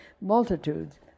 multitudes